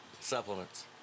Supplements